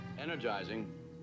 Energizing